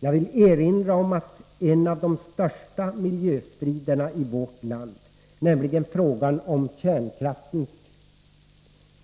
Jag vill erinra om att i en av de största miljöstriderna i vårt land, nämligen frågan om kärnkraftens